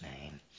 name